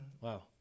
Wow